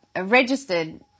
registered